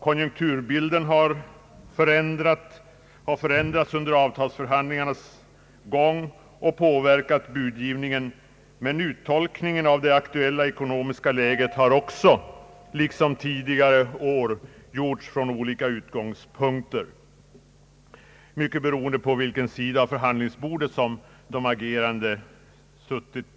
Konjunkturbilden har förändrats under avtalsförhandlingarnas gång och påverkat budgivningen, men uttolkningen av det aktuella ekonomiska läget har också liksom tidigare i år gjorts från olika utgångspunkter, mycket beroende på vid vilken sida av förhandlingsbordet de agerande suttit.